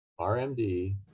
RMD